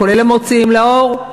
כולל המוציאים לאור.